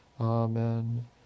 Amen